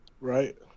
Right